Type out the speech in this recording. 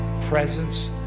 presence